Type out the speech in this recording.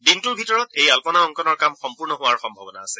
দিনটোৰ ভিতৰত আগ্ননা অংকনৰ কাম সম্পূৰ্ণ হোৱাৰ সম্ভাৱনা আছে